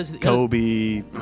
Kobe